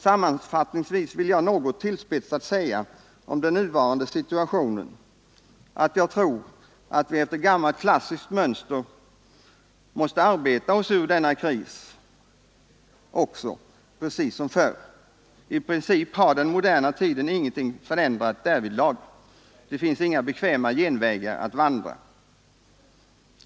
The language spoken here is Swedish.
Sammanfattningsvis vill jag något tillspetsat säga om den nuvarande situationen, att jag tror att vi efter gammalt klassiskt mönster får arbeta oss också ur denna kris. I princip har den moderna tiden ingenting förändrat därvidlag. Det finns här inga bekväma genvägar att vandra.